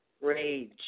rage